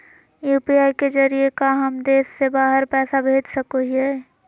UPI के जरिए का हम देश से बाहर पैसा भेज सको हियय?